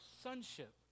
sonship